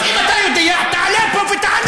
אז אם אתה יודע, תעלה פה ותענה.